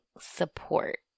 support